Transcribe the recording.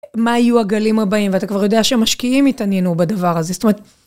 מה היו הגלים הבאים, ואתה כבר יודע שמשקיעים התעניינו בדבר הזה, זאת אומרת...